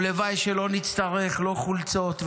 והלוואי שלא נצטרך לא חולצות,